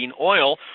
oil